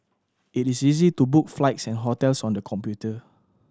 it is easy to book flights and hotels on the computer